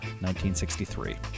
1963